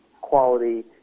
quality